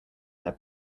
their